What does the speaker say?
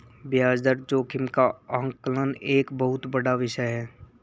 ब्याज दर जोखिम का आकलन एक बहुत बड़ा विषय है